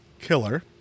Killer